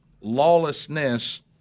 lawlessness